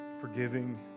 forgiving